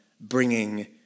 bringing